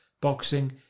boxing